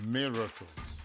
miracles